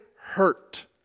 hurt